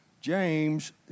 James